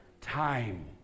Time